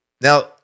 Now